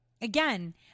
again